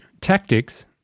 tactics